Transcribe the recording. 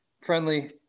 friendly